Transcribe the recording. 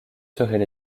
seraient